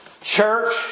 Church